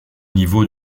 niveau